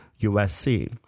USC